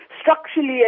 structurally